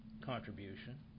contribution